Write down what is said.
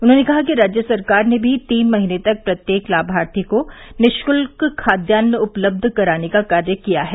उन्होंने कहा कि राज्य सरकार ने भी तीन महीने तक प्रत्येक लामार्थी को निःशुल्क खाद्यान्न उपलब्ध कराने का कार्य किया है